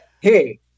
hey